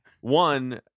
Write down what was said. one